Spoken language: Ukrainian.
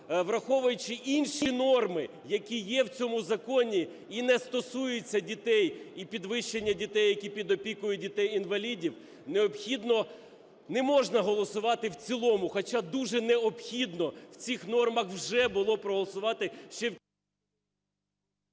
враховуючи інші норми, які є в цьому законі і не стосуються дітей, і підвищення дітей, які під опікою, дітей-інвалідів, необхідно… не можна голосувати в цілому, хоча дуже необхідно в цих нормах вже було проголосувати ще в… ГОЛОВУЮЧИЙ.